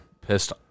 pissed